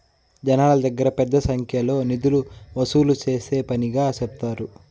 జనాల దగ్గర పెద్ద సంఖ్యలో నిధులు వసూలు చేసే పనిగా సెప్తారు